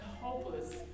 hopeless